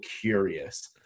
curious